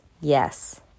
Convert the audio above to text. Yes